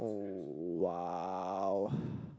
oh !wow!